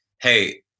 hey